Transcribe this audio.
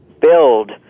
build